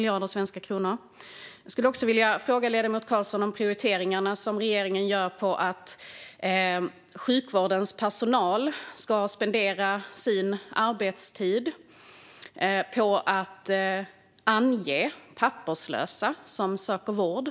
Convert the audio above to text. Jag vill också fråga ledamoten Carlsson om regeringens prioriteringar när det gäller att sjukvårdens personal ska spendera sin arbetstid på att ange papperslösa som söker vård.